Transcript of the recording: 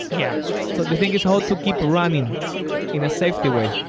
yeah so the thing is how to keep running in a safety way.